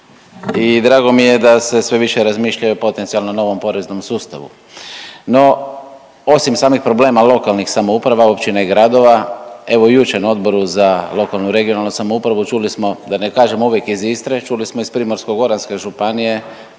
i drago mi je da se sve više razmišlja i o potencijalnom novom poreznom sustavu. No osim samih problema lokalnih samouprava, općina i gradova evo jučer na Odboru za lokalnu i regionalnu samoupravu čuli smo da ne kažem uvijek iz Istre, čuli smo iz Primorsko-goranske županije